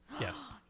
Yes